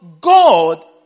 God